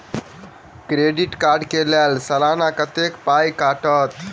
Credit card कऽ लेल सलाना कत्तेक पाई कटतै?